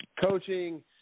coaching